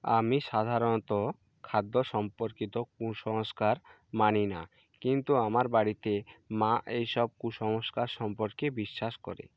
আমি সাধারণত খাদ্য সম্পর্কিত কুসংস্কার মানি না কিন্তু আমার বাড়িতে মা এইসব কুসংস্কার সম্পর্কে বিশ্বাস করে